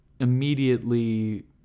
immediately